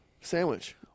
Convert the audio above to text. sandwich